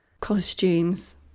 costumes